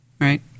right